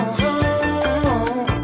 home